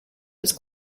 was